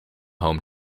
home